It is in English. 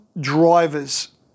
drivers